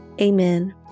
Amen